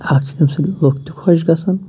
اَکھ چھِ تٔمۍ سۭتۍ لُکھ تہِ خۄش گژھان